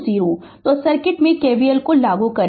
तो सर्किट में KVL लागू करें